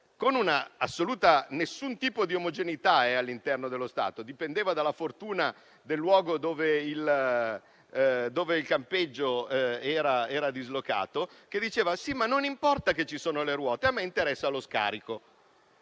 con nessun tipo di omogeneità all'interno dello Stato (dipendeva dalla fortuna del luogo dove il campeggio era dislocato), diceva che non importa che ci sono le ruote, ma che interessava lo scarico.